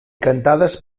cantades